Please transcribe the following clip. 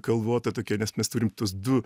kalvota tokia nes mes turim tuos du